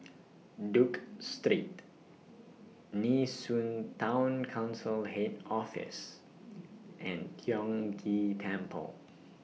Duke Street Nee Soon Town Council Head Office and Tiong Ghee Temple